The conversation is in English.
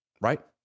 right